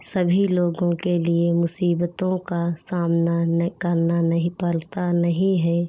सभी लोगों के लिए मुसीबतों का सामना नइ करना नहीं पड़ता नहीं है